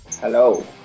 Hello